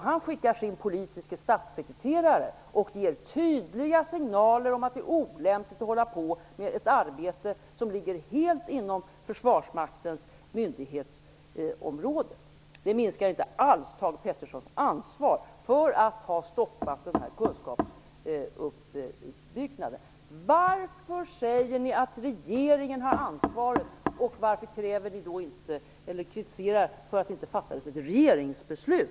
Han skickar sin politiske statssekreterare och ger tydliga signaler om att det är olämpligt att hålla på med ett arbete som ligger inom Försvarsmaktens myndighetsområde. Det minskar inte alls Thage G Petersons ansvar för att ha stoppat den här kunskapsuppbyggnaden. Varför säger ni att regeringen har ansvaret utan att kritisera regeringen för att det inte fattades ett regeringsbeslut?